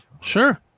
sure